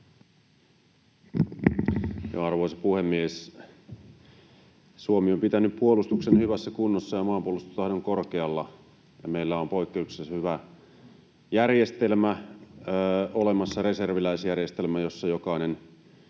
Arvoisa puhemies! Suomi on pitänyt puolustuksen hyvässä kunnossa ja maanpuolustustahdon korkealla. Meillä on olemassa poikkeuksellisen hyvä järjestelmä, reserviläisjärjestelmä, jossa jokainen